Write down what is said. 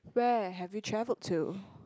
where have you travelled to